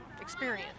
experience